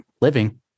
living